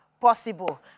possible